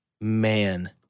man